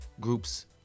groups